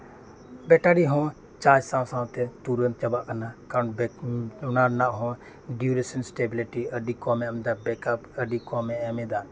battery ᱦᱚᱸ charge ᱥᱟᱶ ᱥᱟᱶᱛᱮ ᱛᱩᱨᱟᱹᱫ ᱪᱟᱵᱟᱜ ᱠᱟᱱᱟ ᱠᱟᱢ ᱵᱮᱠ ᱚᱱᱟ ᱨᱮᱭᱟᱜ ᱦᱚᱸ ᱰᱤᱭᱩᱨᱮᱚᱱ ᱮᱥᱴᱮᱵᱤᱞᱤᱴᱤ ᱟᱹᱰᱤ ᱠᱚᱢᱮ ᱮᱢ ᱮᱫᱟ ᱵᱮᱠᱟᱯ ᱟᱹᱰᱤ ᱠᱚᱢᱮ ᱮᱢ ᱮᱫᱟ